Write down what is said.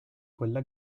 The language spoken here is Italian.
quella